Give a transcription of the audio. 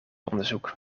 onderzoek